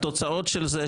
התוצאות של זה,